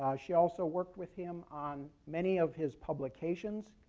ah she also worked with him on many of his publications,